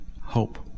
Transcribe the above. hope